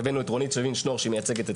הבאנו את ד"ר רונית לוין-שנור שמייצגת את